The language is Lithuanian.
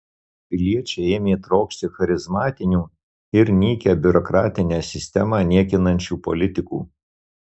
piliečiai ėmė trokšti charizmatinių ir nykią biurokratinę sistemą niekinančių politikų